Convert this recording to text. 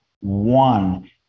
one